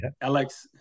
Alex